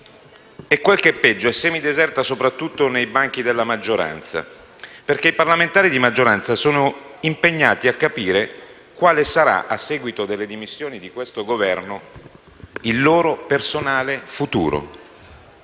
e, quel che è peggio, tale soprattutto nei banchi della maggioranza perché i parlamentari di maggioranza sono impegnati a capire quale sarà, a seguito delle dimissioni di questo Governo, il loro personale futuro.